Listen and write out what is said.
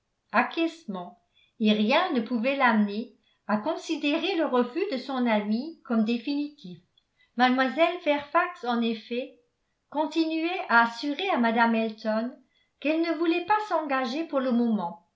acquiescement et rien ne pouvait l'amener à considérer le refus de son amie comme définitif mlle fairfax en effet continuait à assurer à mme elton qu'elle ne voulait pas s'engager pour le moment